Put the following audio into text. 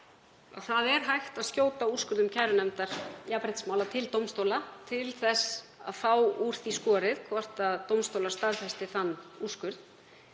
að hægt er að skjóta úrskurði kærunefndar jafnréttismála til dómstóla til þess að fá úr því skorið hvort dómstólar staðfesti þann úrskurð.